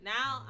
Now